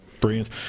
Brilliant